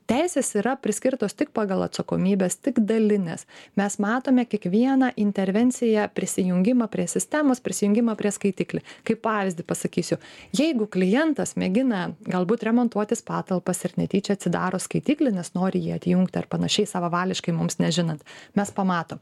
teisės yra priskirtos tik pagal atsakomybes tik dalines mes matome kiekvieną intervenciją prisijungimą prie sistemos prisijungimą prie skaitiklį kaip pavyzdį pasakysiu jeigu klientas mėgina galbūt remontuotis patalpas ir netyčia atsidaro skaitiklį nes nori jį atjungti ar panašiai savavališkai mums nežinant mes pamatom